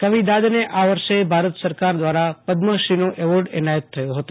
કવિ દાદને આ વર્ષે ભારત સરકાર દ્રારા પદશ્રીનો એવોર્ડ એનાયત થયો હતો